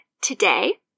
today